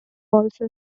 also